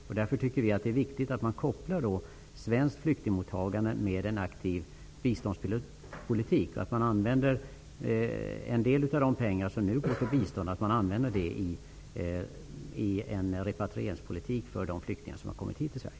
Vi tycker därför att det är viktigt att man kopplar svenskt flyktingmottagande till en aktiv biståndspolitik och att man använder en del av de pengar som nu går till bistånd till en repatrieringspolitik för de flyktingar som har kommit hit till Sverige.